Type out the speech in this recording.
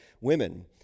women